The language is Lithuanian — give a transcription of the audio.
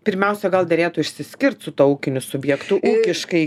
pirmiausia gal derėtų išsiskirt su tuo ūkiniu subjektu ūkiškai